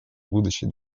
будущий